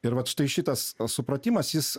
ir vat štai šitas supratimas jis